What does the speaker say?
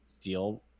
deal